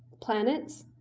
planets,